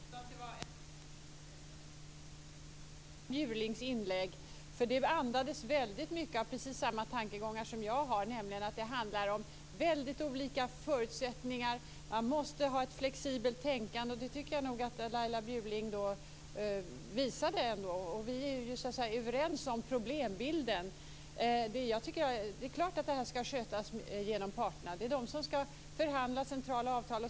Fru talman! Jag tycker att det var en positiv överraskning att lyssna till Laila Bjurlings inlägg här. Det andades väldigt mycket precis samma tankegångar som jag har, nämligen att det handlar om väldigt olika förutsättningar, att man måste ha ett flexibelt tänkande. Det tycker jag nog att Laila Bjurling visade. Vi är så att säga överens om problembilden. Det är klart att det här skall skötas genom parterna. Det är de som skall förhandla centrala avtal.